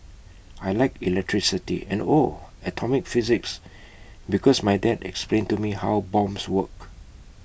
I Like electricity and oh atomic physics because my dad explained to me how bombs work